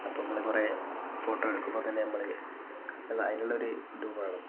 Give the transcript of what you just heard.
അപ്പോൾ നമ്മൾ കുറേ ഫോട്ടോ എടുക്കുമ്പോൾ തന്നെ നമ്മൾ അത് അതിനുള്ളൊരു ഇതും വേണം